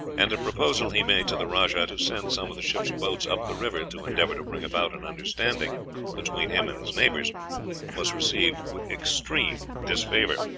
and a proposal he made to the rajah to send some of the ship's boats up the river to endeavor to bring about an understanding between him and his neighbors was received with extreme disfavor.